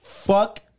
Fuck